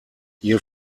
ihr